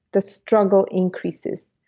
the struggle increases,